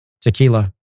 tequila